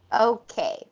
Okay